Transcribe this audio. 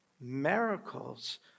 Miracles